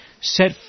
set